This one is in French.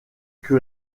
que